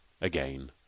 again